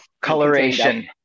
coloration